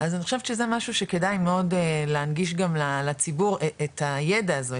אז אני חושבת שזה משהו שכדאי מאוד להנגיש גם לציבור את הידע הזה,